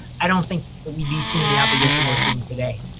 i don't think that we'd be seeing the opposition we're seeing today.